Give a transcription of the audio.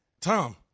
Tom